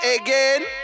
again